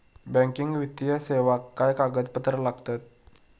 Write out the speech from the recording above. Banking वित्तीय सेवाक काय कागदपत्र लागतत?